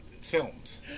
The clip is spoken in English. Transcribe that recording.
films